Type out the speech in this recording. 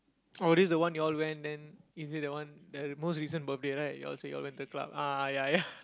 oh this is the one you all went then is it that one the most recent birthday right you all say you all went to the club ah ya ya